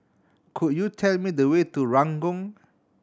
could you tell me the way to Ranggung